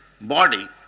body